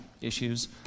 issues